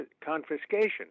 confiscation